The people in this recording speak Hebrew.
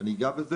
ועדיין לא עשינו